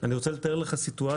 אני רוצה לתאר לך סיטואציה,